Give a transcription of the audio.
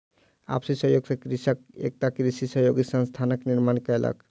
आपसी सहयोग सॅ कृषक एकटा कृषि सहयोगी संस्थानक निर्माण कयलक